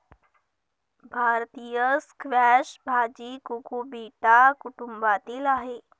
भारतीय स्क्वॅश भाजी कुकुबिटा कुटुंबातील आहे